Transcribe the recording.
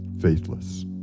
faithless